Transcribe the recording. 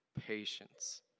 patience